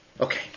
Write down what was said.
Okay